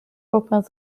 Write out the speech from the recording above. opens